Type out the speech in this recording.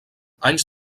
anys